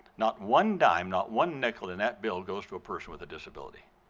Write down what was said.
not one dime, not one nickel in that build goes to a person with a disability.